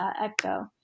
echo